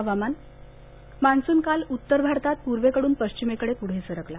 हवामान मान्सून काल उत्तर भारतात पुर्वेकडून पश्चिमेकडे पुढे सरकला